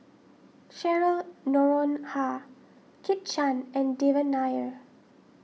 Cheryl Noronha Kit Chan and Devan Nair